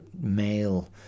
male